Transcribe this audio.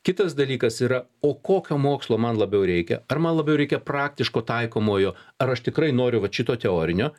kitas dalykas yra o kokio mokslo man labiau reikia ar man labiau reikia praktiško taikomojo ar aš tikrai noriu vat šito teorinio